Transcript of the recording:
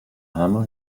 hammer